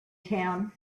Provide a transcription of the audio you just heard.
town